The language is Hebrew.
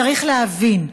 צריך להבין,